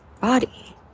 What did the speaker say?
body